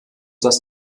das